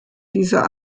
dieser